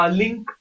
link